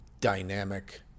dynamic